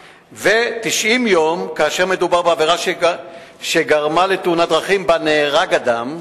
3. 90 יום כאשר מדובר בעבירה שגרמה לתאונת דרכים שבה נהרג אדם,